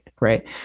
right